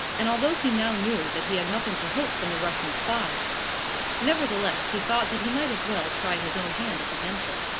and although he now knew that he had nothing to hope from the russian spy nevertheless he thought that he might as well try his own hand at the venture.